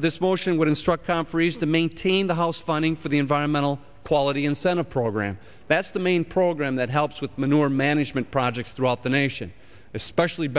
this motion would instruct conferees to maintain the house funding for the environmental quality incentive program that's the main program that helps with manure management projects throughout the nation especially